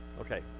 Okay